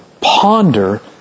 ponder